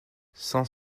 cent